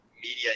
media